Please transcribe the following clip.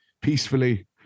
peacefully